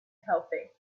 healthy